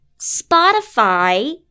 Spotify